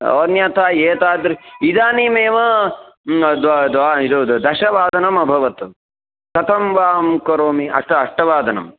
अन्यथा एतादृशं इदानीमेव द् इ दशवादनम् अभवत् कथ वाहं करोमि अष्ट अष्टवादनम्